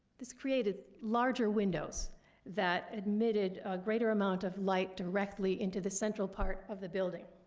this created larger windows that admitted a greater amount of light directly into the central part of the building.